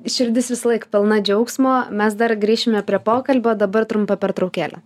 širdis visąlaik pilna džiaugsmo mes dar grįšime prie pokalbio o dabar trumpa pertraukėlė